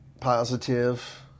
positive